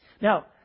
Now